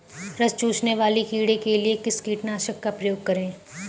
रस चूसने वाले कीड़े के लिए किस कीटनाशक का प्रयोग करें?